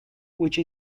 which